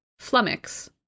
flummox